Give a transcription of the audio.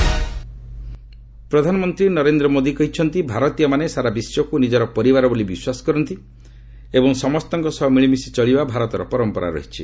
PM Dawoodi Bohra ପ୍ରଧାନମନ୍ତ୍ରୀ ନରେନ୍ଦ୍ର ମୋଦି କହିଛନ୍ତି ଭାରତୀୟମାନେ ସାରା ବିଶ୍ୱକ୍ ନିଜର ପରିବାର ବୋଲି ବିଶ୍ୱାସ କରନ୍ତି ଏବଂ ସମସ୍ତଙ୍କ ସହ ମିଳିମିଶି ଚଳିବା ଭାରତର ପରମ୍ପରା ରହିଛି